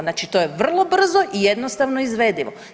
Znači to je vrlo brzo i jednostavno izvedivo.